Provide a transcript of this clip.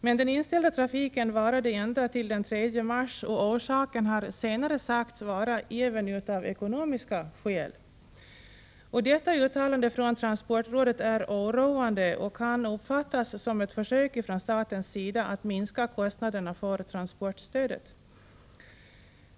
Men trafiken var inställd ända till den 3 mars, och orsaken har senare sagts vara även ekonomisk. Detta uttalande från transportrådet är oroande och kan uppfattas som ett försök från statens sida att minska kostnaderna för transportstödet.